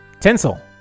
Tinsel